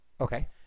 Okay